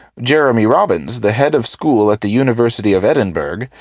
jeremy robbins, the head of school at the university of edinburgh,